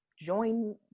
join